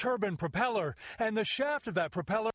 turban propeller and the shaft of that propeller